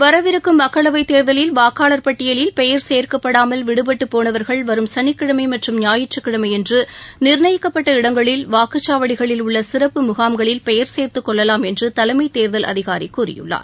வரவிருக்கும் மக்களவைத் தேர்தலில் வாக்காளர் பட்டியலில் பெயர் சேர்க்கப்படாமல் விடுபட்டு போனவர்கள் வரும் சனிக்கிழமை மற்றும் ஞாயிற்றுக்கிழமையன்று நிர்ணயிக்கப்பட்ட இடங்களில் வாக்குச்சாவடிகளில் உள்ள சிறப்பு முகாம்களில் பெயர் சேர்த்துக்கொள்ளலாம் என்று தலைமைத் தேர்தல் அதிகாரி கூறியுள்ளார்